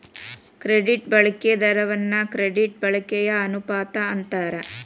credit ಬಳಕೆ ದರವನ್ನ credit ಬಳಕೆಯ ಅನುಪಾತ ಅಂತಾರ